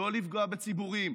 לא לפגוע בציבורים,